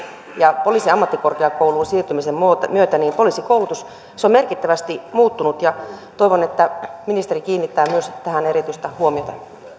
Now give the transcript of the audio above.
ja poliisiammattikorkeakouluun siirtymisen myötä poliisikoulutus on merkittävästi muuttunut toivon että ministeri kiinnittää myös tähän erityistä huomiota